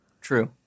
True